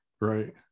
Right